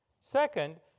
Second